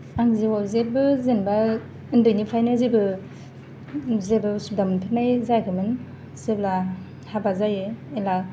आं जिउआव जेबो जेनेबा उन्दैनिफ्रायनो जेबो जेबो असुबिदा मोनफेरनाय जायाखैमोन जेब्ला हाबा जायो अब्ला